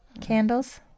candles